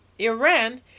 Iran